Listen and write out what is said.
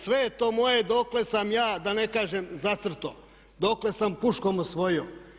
Sve je to moje dokle sam ja da ne kažem zacrtao, dokle sam puškom osvojio.